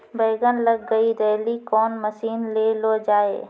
बैंगन लग गई रैली कौन मसीन ले लो जाए?